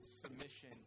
submission